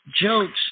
jokes